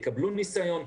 יקבלו ניסיון,